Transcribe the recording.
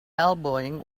elbowing